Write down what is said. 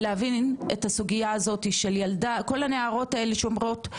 להבין את הסוגייה הזאתי של כל הנערות האלה שאומרות,